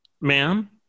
ma'am